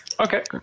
Okay